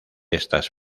estas